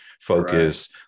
focus